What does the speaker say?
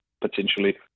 potentially